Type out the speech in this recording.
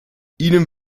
ihnen